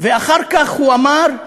ואחר כך הוא אמר: